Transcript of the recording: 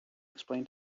explain